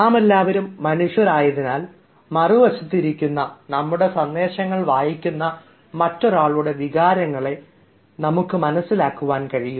നമ്മളെല്ലാവരും മനുഷ്യരായതിനാൽ മറുവശത്ത് ഇരിക്കുന്ന നമ്മുടെ സന്ദേശങ്ങൾ വായിക്കുന്ന മറ്റൊരാളുടെ വികാരങ്ങളെ നമുക്ക് മനസ്സിലാക്കാൻ കഴിയും